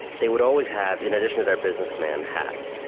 they would always have in addition to their businessman hat,